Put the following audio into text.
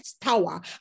Tower